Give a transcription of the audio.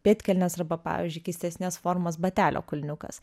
pėdkelnės arba pavyzdžiui keistesnės formos batelio kulniukas